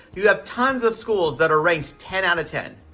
you have tons of schools that are ranked ten out of ten.